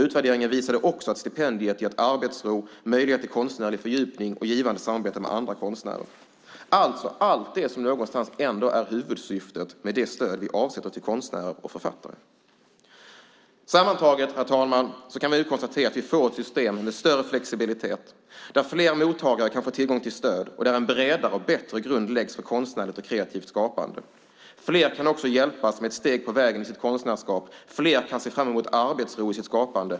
Utvärderingen visade också att stipendiet gett arbetsro, möjlighet till konstnärlig fördjupning och givande samarbete med andra konstnärer. Det är alltså allt det som någonstans ändå är huvudsyftet med det stöd vi avsätter till konstnärer och författare. Sammantaget, herr talman, kan vi konstatera att vi nu får ett system med större flexibilitet där fler mottagare kan få tillgång till stöd och där en bredare och bättre grund läggs för konstnärligt och kreativt skapande. Fler kan också hjälpas med ett steg på vägen i sitt konstnärskap. Fler kan se fram emot arbetsro i sitt skapande.